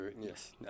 Yes